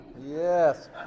Yes